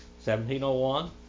1701